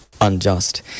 unjust